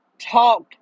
talk